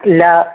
ഇല്ല